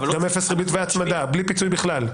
גם אפס ריבית והצמדה, בלי פיצוי בכלל.